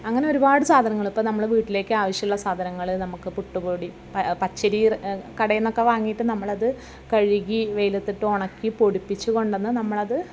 അങ്ങനെ ഒരുപാട് സാധനങ്ങൾ ഇപ്പം നമ്മൾ വീട്ടിലേക്ക് ആവശ്യം ഉള്ള സാധനങ്ങൾ നമുക്ക് പുട്ടുപൊടി പച്ചരി കടയിൽനിന്നൊക്കെ വാങ്ങിയിട്ട് നമ്മളത് കഴുകി വെയിലത്ത് ഇട്ട് ഉണക്കി പൊടിപ്പിച് കൊണ്ടുവന്ന് നമ്മളത്